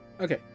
Okay